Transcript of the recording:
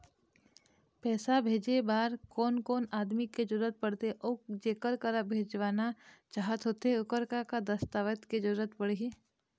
पैसा भेजे बार कोन कोन आदमी के जरूरत पड़ते अऊ जेकर करा पैसा भेजवाना चाहत होथे ओकर का का दस्तावेज के जरूरत पड़ही?